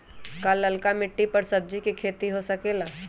का लालका मिट्टी कर सब्जी के भी खेती हो सकेला?